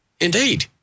Indeed